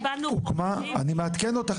אז אני מעדכן אותך,